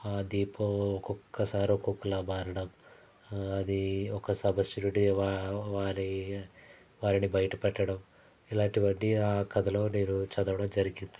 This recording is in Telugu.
ఆ దీపం ఒక్కొక్కసారి ఒక్కొక్కలా మారడం అది ఒక సమస్య నుండి వా వారి వారిని బయట పెట్టడం ఇలాంటివన్నీ ఆ కథలో నేను చదవడం జరిగింది